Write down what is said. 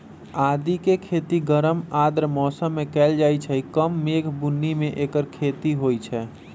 आदिके खेती गरम आर्द्र मौसम में कएल जाइ छइ कम मेघ बून्नी में ऐकर खेती होई छै